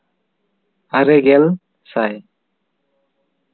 ᱟᱨᱮ ᱜᱮᱞ ᱥᱟᱭ